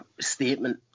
statement